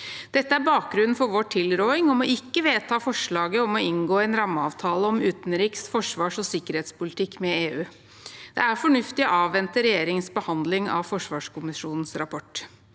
Dette er bakgrunnen for vår tilråding om å ikke vedta forslaget om å inngå en rammeavtale om utenriks-, forsvars- og sikkerhetspolitikk med EU. Det er fornuftig å avvente regjeringens behandling av forsvarskommisjonens rapport.